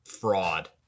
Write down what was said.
fraud